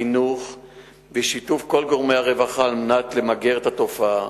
חינוך ושיתוף עם גורמי הרווחה על מנת למגר את התופעה.